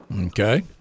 Okay